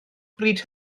pryd